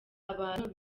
abantu